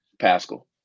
Pascal